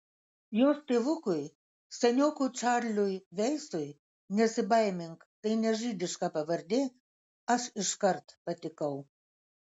jos tėvukui seniokui čarliui veisui nesibaimink tai ne žydiška pavardė aš iškart patikau